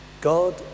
god